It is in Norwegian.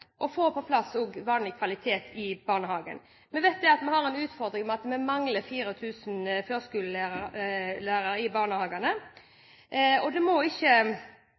å få på plass vanlig kvalitet i barnehagen. Vi vet at vi har en utfordring med at vi mangler 4 000 førskolelærere i barnehagene, og det må ikke